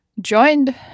joined